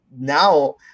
now